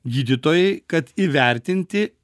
gydytojai kad įvertinti